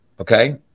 Okay